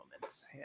moments